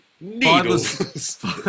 Needles